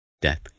Death